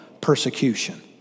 persecution